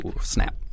snap